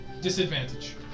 disadvantage